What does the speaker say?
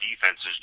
defenses